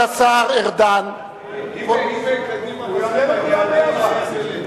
אם קדימה, לג'ומס.